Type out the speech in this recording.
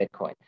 bitcoin